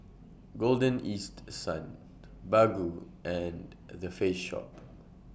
Golden East Sun Baggu and The Face Shop